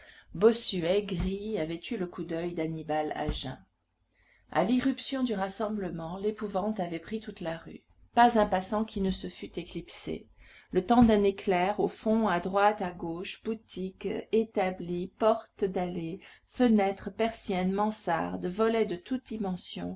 bossuet gris avait eu le coup d'oeil d'annibal à jeun à l'irruption du rassemblement l'épouvante avait pris toute la rue pas un passant qui ne se fût éclipsé le temps d'un éclair au fond à droite à gauche boutiques établis portes d'allées fenêtres persiennes mansardes volets de toute dimension